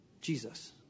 Jesus